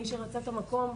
ומי שרצה את המקום,